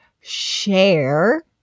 share